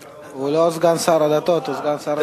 הוא לא סגן שר הדתות, הוא סגן שר האוצר.